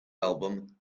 album